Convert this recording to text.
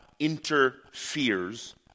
interferes